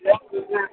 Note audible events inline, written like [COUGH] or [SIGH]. [UNINTELLIGIBLE]